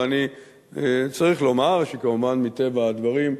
ואני צריך לומר שכמובן, מטבע הדברים,